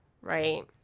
Right